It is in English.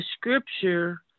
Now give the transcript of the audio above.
scripture